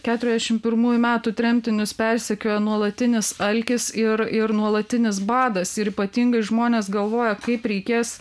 keturiasdešim pirmųjų metų tremtinius persekiojo nuolatinis alkis ir ir nuolatinis badas ir ypatingai žmonės galvojo kaip reikės